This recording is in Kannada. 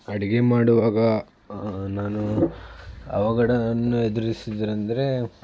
ಅಡಿಗೆ ಮಾಡುವಾಗ ನಾನು ಅವಘಡ ಅನ್ನು ಎದ್ರುಸಿದಂದ್ರೆ